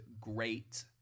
great